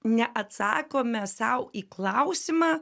neatsakome sau į klausimą